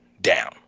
down